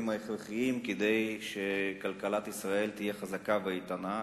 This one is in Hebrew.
ההכרחיים כדי שכלכלת ישראל תהיה חזקה ואיתנה.